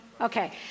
Okay